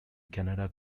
canada